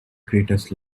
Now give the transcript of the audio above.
greatest